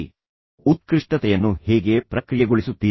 ನೀವು ಉತ್ಕೃಷ್ಟತೆಯನ್ನು ಹೇಗೆ ಪ್ರಕ್ರಿಯೆಗೊಳಿಸುತ್ತೀರಿ